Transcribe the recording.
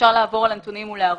אפשר לעבור על הנתונים ולהראות.